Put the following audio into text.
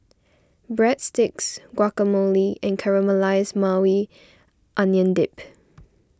Breadsticks Guacamole and Caramelized Maui Onion Dip